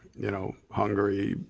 you know, hungary,